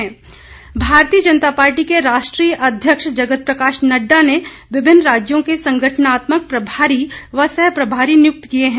प्रभारी भारतीय जनता पार्टी के राष्ट्रीय अध्यक्ष जगत प्रकाश नडडा ने विभिन्न राज्यों के संगठनात्मक प्रभारी व सहप्रभारी नियुक्त किए हैं